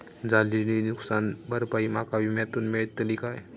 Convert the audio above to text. झालेली नुकसान भरपाई माका विम्यातून मेळतली काय?